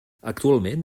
actualment